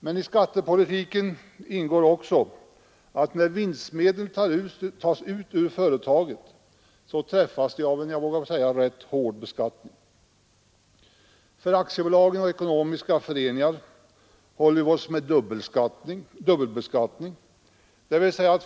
Men i skattepolitiken ingår också att när vinstmedel tas ut ur företagen träffas de av en ganska hård beskattning. För aktiebolag och ekonomiska föreningar håller vi oss med dubbelbeskattning.